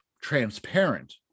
transparent